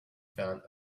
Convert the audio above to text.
found